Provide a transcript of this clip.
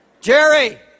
jerry